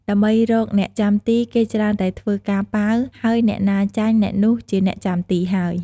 ដើម្បីរកអ្នកចាំទី គេច្រើនតែធ្វើការប៉ាវ ហើយអ្នកណាចាញ់ អ្នកនោះជាអ្នកចាំទីហើយ។